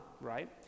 right